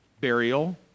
burial